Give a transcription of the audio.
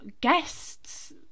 guests